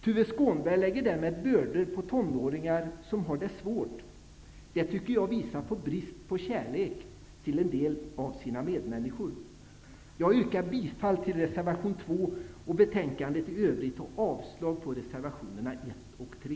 Han lägger därmed bördor på de tonåringar som har det svårt. Jag tycker att han visar brist på kärlek till en del av sina medmänniskor. Jag yrkar bifall till reservation 2 och i övrigt till hemställan i betänkandet samt avslag på reservationerna 1 och 3.